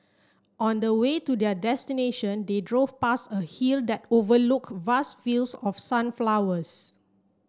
on the way to their destination they drove past a hill that overlooked vast fields of sunflowers